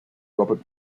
robert